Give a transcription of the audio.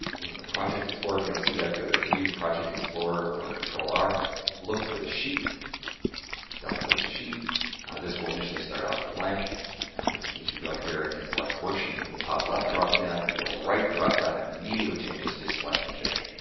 in the project if you don't see that, go to view, project explorer or control r look for the sheet double-click the sheet this will initially start out blank it needs to go up here and select worksheet from the top left drop down, the right drop down immediately changes to selection change.